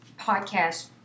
podcast